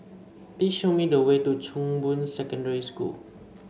please show me the way to Chong Boon Secondary School